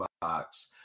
box